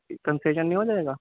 concession نہیں ہو جائے گا